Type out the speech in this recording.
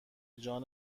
جان